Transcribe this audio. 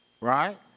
right